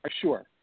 Sure